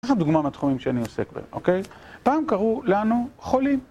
זה דוגמה מהתחומים שאני עוסק בהם, אוקיי? פעם קראו לנו חולים.